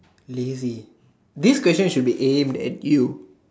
lazy this question should be aimed at you